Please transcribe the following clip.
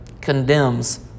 condemns